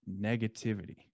negativity